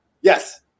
Yes